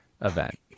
event